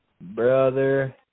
Brother